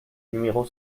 numéro